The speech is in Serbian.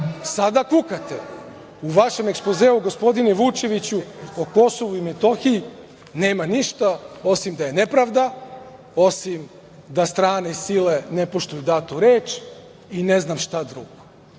sada kukate. U vašem ekspozeu, gospodine Vučeviću, o Kosovu i Metohiji nema ništa osim da je nepravda, osim da strane sile ne poštuju datu reč i ne znam šta drugo. Pritom